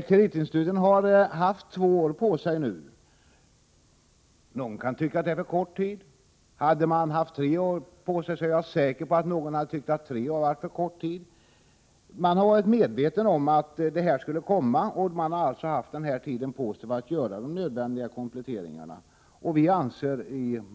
Kreditinstituten har haft två år på sig nu. Någon kan tycka att det är för kort tid. Hade de haft tre år på sig är jag säker på att någon hade tyckt att tre år var för kort tid. Instituten har varit medvetna om att detta skulle komma och de har alltså haft denna tid på sig att göra nödvändiga kompletteringar.